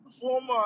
former